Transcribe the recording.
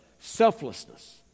selflessness